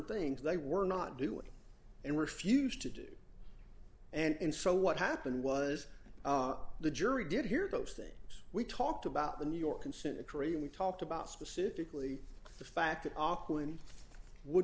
things they were not doing and refused to do and so what happened was the jury did hear those things we talked about the new york consent decree and we talked about specifically